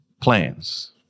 plans